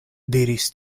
diris